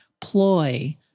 ploy